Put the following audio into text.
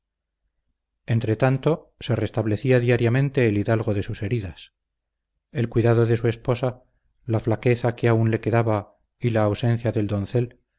imaginación entretanto se restablecía diariamente el hidalgo de sus heridos el cuidado de su esposa la flaqueza que aún le quedaba y la ausencia del doncel